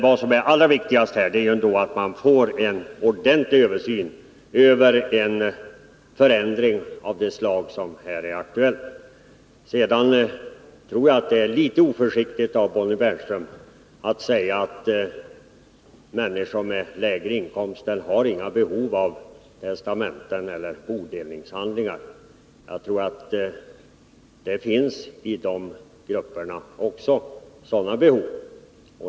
Vad som är allra viktigast är emellertid att man får en ordentlig översyn av en förändring av det slag som här är aktuellt. Det är litet oförsiktigt av Bonnie Bernström att säga att människor med lägre inkomster inte har några behov av testamenten eller bodelningshandlingar. Jag tror att det också i de grupperna finns sådana behov.